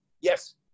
Yes